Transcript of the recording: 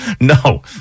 No